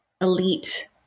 elite